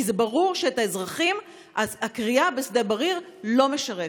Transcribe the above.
כי ברור שאת האזרחים הכרייה בשדה בריר לא משרתת.